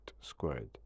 squared